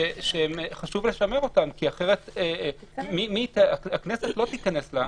שחשוב לשמר אותם כי אחרת הכנסת לא תיכנס לזה.